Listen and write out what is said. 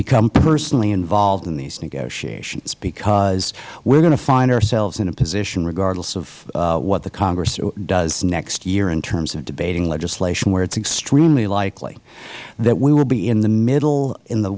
become personally involved in these negotiations because we are going to find ourselves in a position regardless of what the congress does next year in terms of debating legislation where it is extremely likely that we will be in the middle in the